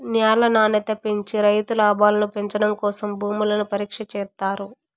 న్యాల నాణ్యత పెంచి రైతు లాభాలను పెంచడం కోసం భూములను పరీక్ష చేత్తారు